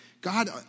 God